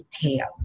detail